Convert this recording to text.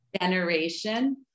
generation